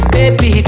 Baby